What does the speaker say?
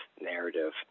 narrative